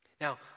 Now